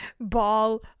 ball